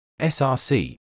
src